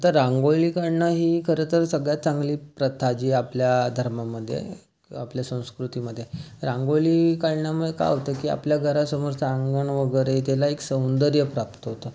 आता रांगोळी काढणं ही खरंतर सगळ्यात चांगली प्रथा जी आपल्या धर्मामध्ये आहे आपल्या संस्कृतीमध्ये रांगोळी काढल्यामुळं काय होतं की आपल्या घरासमोरचं अंगण वगैरे त्याला एक सौंदर्य प्राप्त होतं